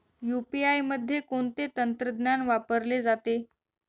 UPI मध्ये कोणते तंत्रज्ञान वापरले जाते?